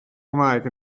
cymraeg